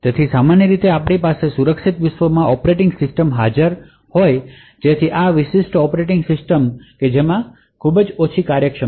સામાન્ય રીતે આપણી પાસે સુરક્ષિત વિશ્વમાં ઑપરેટિંગ સિસ્ટમ હાજર હોય જેથી આ વિશિષ્ટ ઑપરેટિંગ સિસ્ટમ છે જેમાં ખૂબ ઓછી ફ્ંક્સ્નલિટી છે